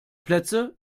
plätze